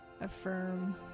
affirm